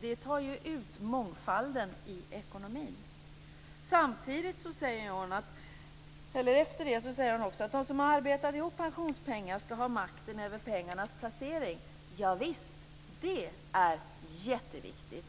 Det tar ut mångfalden i ekonomin. Efter det säger hon att de som arbetar ihop pensionspengar skall ha makten över pengarnas placering. Ja visst, det är jätteviktigt.